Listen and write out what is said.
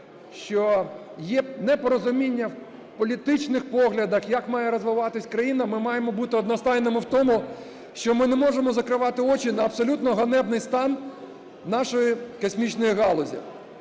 що є непорозуміння в політичних поглядах, як має розвиватися країна, ми маємо бути одностайними в тому, що ми не можемо закривати очі на абсолютно ганебний стан нашої космічної галузі.